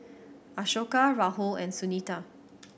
Ashoka Rahul and Sunita